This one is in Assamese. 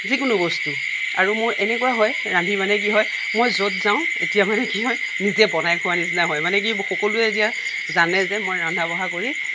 যিকোনো বস্তু আৰু মোৰ এনেকুৱা হয় ৰান্ধি মানে কি হয় মই য'ত যাওঁ তেতিয়া মানে কি হয় নিজে বনাই খোৱাৰ নিচিনা হয় মানে কি সকলোৱে এতিয়া জানে যে মই ৰন্ধা বঢ়া কৰি